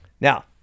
Now